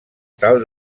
tal